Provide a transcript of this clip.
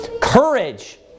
Courage